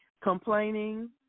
complaining